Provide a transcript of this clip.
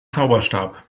zauberstab